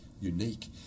unique